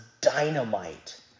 dynamite